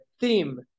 theme